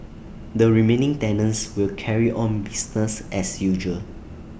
the remaining tenants will carry on business as usual